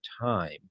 time